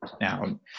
now